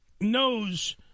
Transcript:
knows